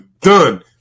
done